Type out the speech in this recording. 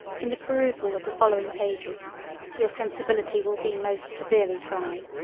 in the perusal of the following pages your sensibility will be most severely tried.